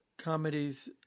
comedies